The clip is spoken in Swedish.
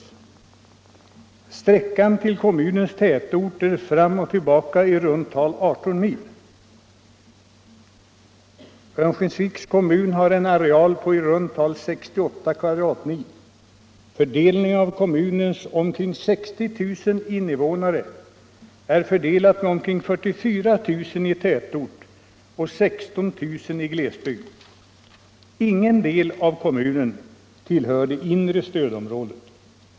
Sträckan till kommunens tätort är fram och tillbaka i runt tal 18 mil. Örnsköldsviks kommun har en areal på i runt tal 68 kvadratmil. Kommunens omkring 60 000 invånare är fördelade med omkring 44 000 i tätort och 16 000 i glesbygd. Ingen del av kommunen tillhör det inre stödområdet.